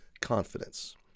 confidence